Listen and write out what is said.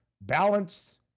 balance